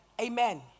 amen